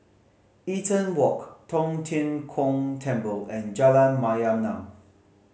Eaton Walk Tong Tien Kung Temple and Jalan Mayaanam